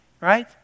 right